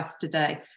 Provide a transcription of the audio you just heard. today